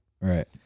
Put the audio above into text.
Right